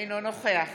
אינו נוכח